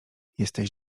jesteś